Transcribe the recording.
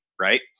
right